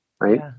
right